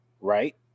right